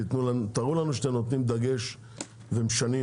ותראו לנו שאתם שמים דגש ומשנים